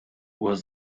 was